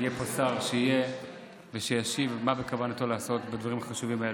יהיה פה שר שישיב מה בכוונתו לעשות בדברים חשובים אלו.